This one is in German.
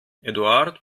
eduard